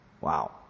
Wow